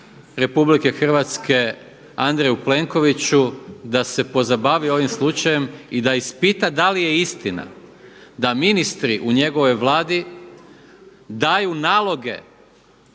Republike Hrvatske Andreju Plenkoviću da se pozabavi ovim slučajem i da ispita da li je istina da ministri u njegovoj Vladi daju naloge